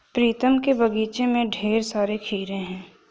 प्रीतम के बगीचे में ढेर सारे खीरे हैं